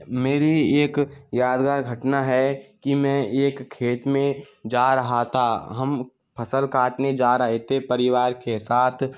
मेरी एक यादगार घटना है कि मैं एक खेत में जा रहा था हम फसल काटने जा रहे थे परिवार के साथ